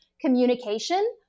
communication